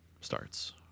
starts